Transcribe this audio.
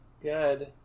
Good